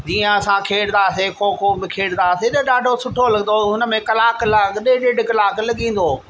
जीअं असां खेॾंदा हुआसीं खो खो बि खेॾंदा हुआसीं त ॾाढो सुठो लॻंदो हुओ हुन में कलाक कलाक ॾेढु ॾेढु कलाक लॻी वेंदो हुओ